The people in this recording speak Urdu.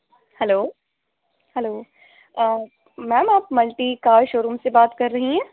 ہیلو ہیلو میم آپ ملٹی کار شو روم سے بات کر رہی ہیں